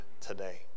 today